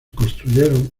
construyeron